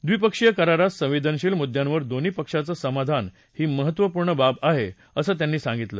द्विपक्षीय करारात संवेदनशील मुद्यांवर दोन्ही पक्षांचं समाधान ही महत्त्वपूर्ण बाब आहे असं त्यांनी सांगितलं